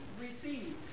receive